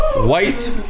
White